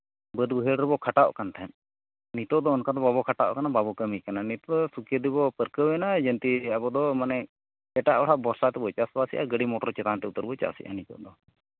ᱵᱟᱹᱫᱽ ᱵᱟᱹᱭᱦᱟᱹᱲ ᱨᱮᱵᱚᱱ ᱠᱷᱟᱴᱟᱜ ᱠᱟᱱ ᱛᱟᱦᱮᱸᱫ ᱱᱤᱛᱚᱜ ᱫᱚ ᱚᱱᱠᱟ ᱫᱚ ᱵᱟᱵᱚ ᱠᱷᱟᱴᱟᱜ ᱠᱟᱱᱟ ᱵᱟᱵᱚ ᱠᱟᱹᱢᱤ ᱠᱟᱱᱟ ᱱᱤᱛᱚᱜ ᱫᱚ ᱥᱩᱠᱷᱮ ᱛᱮᱵᱚᱱ ᱯᱟᱹᱨᱠᱟᱹᱣᱮᱱᱟ ᱡᱚᱱᱤ ᱟᱵᱚ ᱫᱚ ᱢᱟᱱᱮ ᱮᱴᱟᱜ ᱦᱚᱲᱟᱜ ᱵᱷᱚᱨᱥᱟ ᱛᱮᱵᱚᱱ ᱪᱟᱥ ᱵᱟᱥᱚᱜᱼᱟ ᱜᱟᱹᱰᱤ ᱢᱚᱴᱚᱨ ᱪᱮᱛᱟᱱ ᱛᱮᱵᱚᱱ ᱪᱟᱥᱮᱫᱼᱟ ᱱᱤᱛᱚᱜ ᱫᱚ